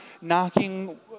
knocking